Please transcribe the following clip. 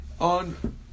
on